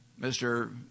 Mr